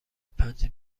پنج